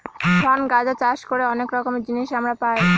শন গাঁজা চাষ করে অনেক রকমের জিনিস আমরা পাই